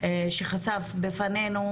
חשף בפנינו